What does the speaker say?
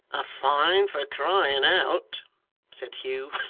a fine for crying out said hugh.